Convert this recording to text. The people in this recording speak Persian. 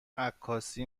عکاسی